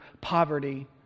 poverty